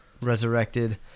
resurrected